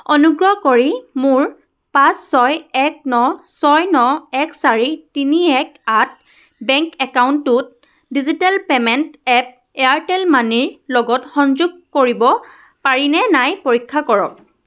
অনুগ্ৰহ কৰি মোৰ পাঁচ ছয় এক ন ছয় ন এক চাৰি তিনি এক আঠ বেংক একাউণ্টটোত ডিজিটেল পে'মেণ্ট এপ এয়াৰটেল মানিৰ লগত সংযোগ কৰিব পাৰিনে নাই পৰীক্ষা কৰক